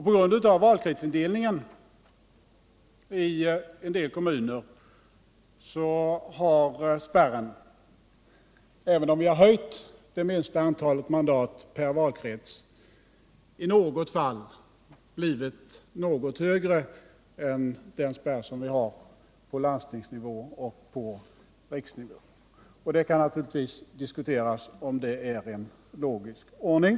På grund av valkretsindelningen i en del kommuner har spärren, även om vi har höjt det minsta antalet mandat per valkrets, i något fall blivit högre än den spärr som vi har på landstingsnivå och på riksnivå. Det kan naturligtvis diskuteras om det är en logisk ordning.